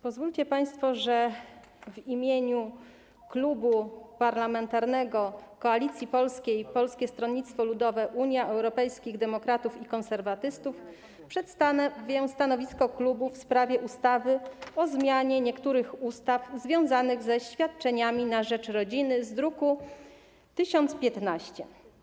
Pozwólcie państwo, że w imieniu Klubu Parlamentarnego Koalicja Polska - Polskie Stronnictwo Ludowe, Unia Europejskich Demokratów, Konserwatyści przedstawię stanowisko w sprawie ustawy o zmianie niektórych ustaw związanych ze świadczeniami na rzecz rodziny z druku nr 1015.